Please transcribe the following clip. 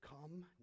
come